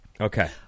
Okay